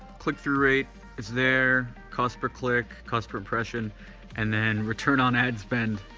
click through rate is there, cost per click, cost per impression and then return on ad spend,